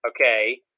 okay